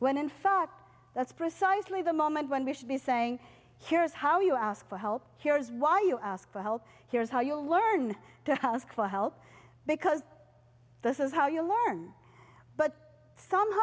fact that's precisely the moment when we should be saying here's how you ask for help here's why you ask for help here's how you'll learn to ask for help because this is how you learn but somehow